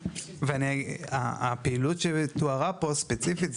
הפעילות שתוארה פה ספציפית,